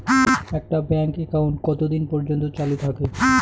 একটা bank account কতদিন পর্যন্ত চালু থাকে?